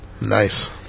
Nice